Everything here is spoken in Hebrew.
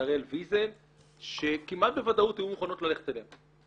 הראל ויזל שכמעט בוודאות היו מוכנות ללכת אליהם.